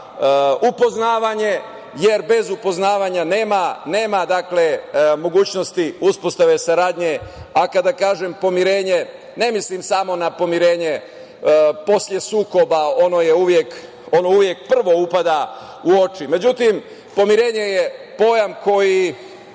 upoznavanje, jer bez upoznavanja nema mogućnosti uspostavljanja saradnje. Kada kažem pomirenje, ne mislim samo na pomirenje posle sukoba, ono uvek prvo upada u oči.Međutim, pomirenje je pojam koji